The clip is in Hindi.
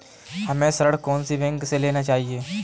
हमें ऋण कौन सी बैंक से लेना चाहिए?